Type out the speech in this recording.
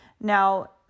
Now